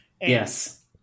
Yes